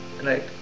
right